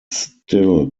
still